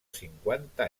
cinquanta